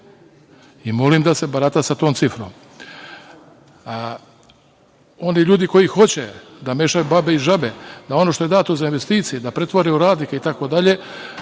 i molim da se barata sa tom cifrom. Oni ljudi koji hoće da mešaju babe i žabe, da ono što je dato za investicije, da pretvori u radnike, itd,